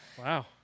wow